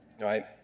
Right